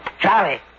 Charlie